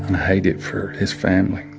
hate it for his family